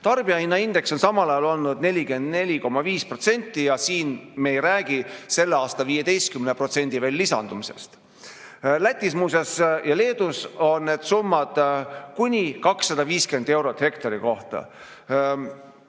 Tarbijahinnaindeks on samal ajal olnud 44,5% ja siin me ei räägi selle aasta veel 15% lisandumisest. Muuseas, Lätis ja Leedus on need summad kuni 250 eurot hektari kohta.